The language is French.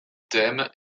thème